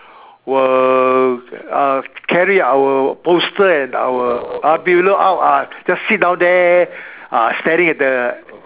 will uh carry our bolster and our ah pillow out ah just sit down there staring at the